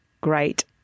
great